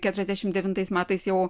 keturiasdešimt devintais metais jau